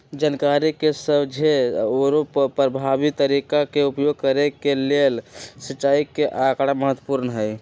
जनकारी के समझे आउरो परभावी तरीका के उपयोग करे के लेल सिंचाई के आकड़ा महत्पूर्ण हई